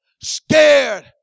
scared